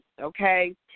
okay